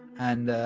and,